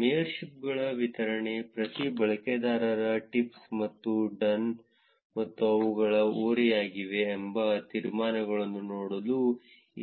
ಮೇಯರ್ಶಿಪ್ಗಳ ವಿತರಣೆ ಪ್ರತಿ ಬಳಕೆದಾರರಿಗೆ ಟಿಪ್ಸ್ ಮತ್ತು ಡನ್ಗಳು ಮತ್ತು ಅವುಗಳು ಓರೆಯಾಗಿವೆ ಎಂಬ ತೀರ್ಮಾನಗಳನ್ನು ನೋಡಲು